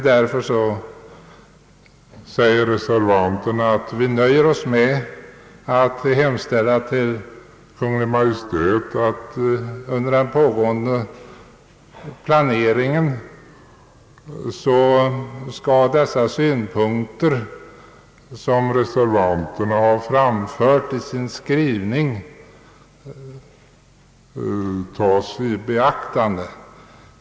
Därför säger reservanterna att de nöjer sig med att föreslå att riksdagen hemställer hos Kungl. Maj:t att under den pågående planeringen skall de synpunkter som reservanterna har framfört i sin skrivning tas i beaktande.